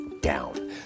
down